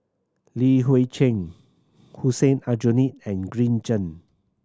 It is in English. Li Hui Cheng Hussein Aljunied and Green Zeng